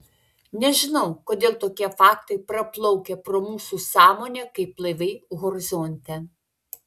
nežinau kodėl tokie faktai praplaukia pro mūsų sąmonę kaip laivai horizonte